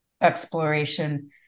exploration